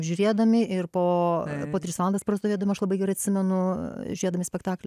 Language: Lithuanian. žiūrėdami ir po po tris valandas prastovėdavom aš labai gerai atsimenu žiūrėdami spektaklį